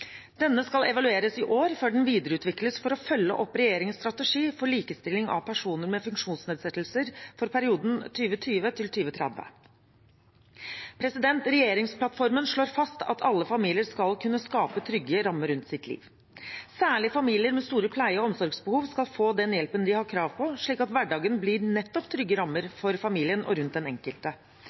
Denne skal evalueres i år før den videreutvikles for å følge opp regjeringens strategi for likestilling av personer med funksjonsnedsettelser for perioden 2020–2030. Regjeringsplattformen slår fast at alle familier skal kunne skape trygge rammer rundt sitt liv. Særlig familier med store pleie- og omsorgsbehov skal få den hjelpen de har krav på, slik at hverdagen blir nettopp trygge rammer for familien og rundt den enkelte.